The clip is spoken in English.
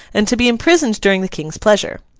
and to be imprisoned during the king's pleasure.